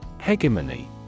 Hegemony